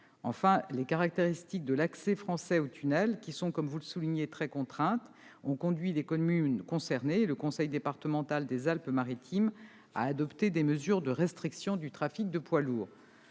Enfin, les caractéristiques de l'accès français au tunnel, qui sont, comme vous le soulignez, très contraintes, ont conduit les communes concernées et le conseil départemental des Alpes-Maritimes à adopter des mesures de restriction du trafic de poids lourds.